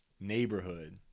neighborhood